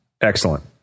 Excellent